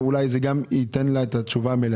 ואולי זה גם ייתן לה את התשובה המלאה,